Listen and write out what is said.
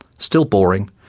still boring,